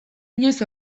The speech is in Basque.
inoiz